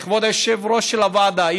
כבוד יושב-ראש הוועדה,